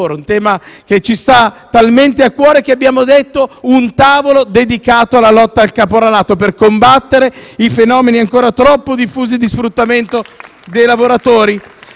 un tema che ci sta talmente a cuore che abbiamo istituito un tavolo dedicato alla lotta al caporalato, per combattere i fenomeni ancora troppo diffusi di sfruttamento dei lavoratori.